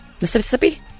Mississippi